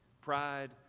Pride